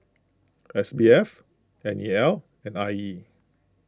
S B F N E L and I E